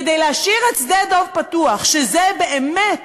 כדי להשאיר את שדה-דב פתוח, שזה באמת